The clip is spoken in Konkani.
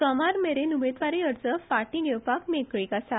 सोमार मेरेन उमेदवारी अर्ज फाटीं घेवपाक मेळटलो